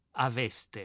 Aveste